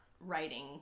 writing